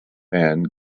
man